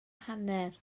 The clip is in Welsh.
hanner